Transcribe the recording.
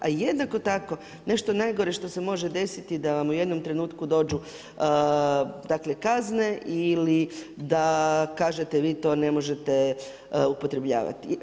A jednako tako nešto najgore što se može desiti da vam u jednom trenutku dođu kazne ili da kažete vi to ne možete upotrebljavati.